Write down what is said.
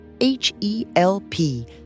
H-E-L-P